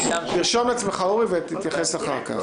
תרשום לעצמך, אורי, ותתייחס אחר כך.